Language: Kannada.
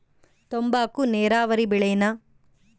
ತಂಬಾಕು ನೇರಾವರಿ ಬೆಳೆನಾ?